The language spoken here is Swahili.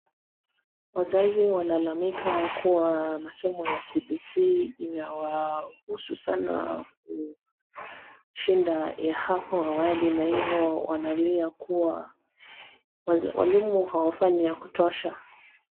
Wazazi walalalmika kuwa masomo ya CBC inawahusu sana kushinda ya hapo awali na hivo wanalia kuwa walimu hawafanyi ya kutosha.